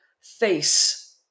face